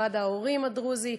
ועד ההורים הדרוזי,